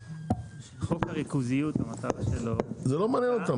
חוק הריכוזיות המטרה שלו --- זה לא מעניין אותנו,